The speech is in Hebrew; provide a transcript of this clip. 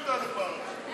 את הצעת חוק הפעלת תחבורה